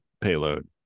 payload